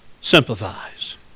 sympathize